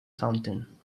fountain